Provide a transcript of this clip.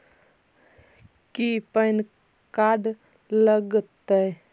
की PAN card लग तै?